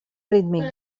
rítmic